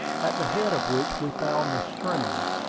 at the head of which we found the stream.